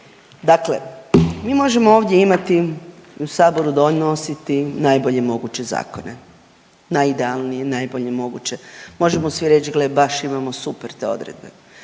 Dakle, mi možemo ovdje imati u Saboru donositi najbolje moguće zakone, najidealnije, najbolje moguće. Možemo svi reći gle baš imamo super te odredbe.